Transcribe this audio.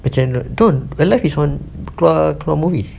macam tu kalau this [one] keluar movies